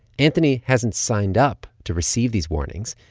anthony hasn't signed up to receive these warnings.